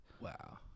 Wow